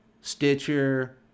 stitcher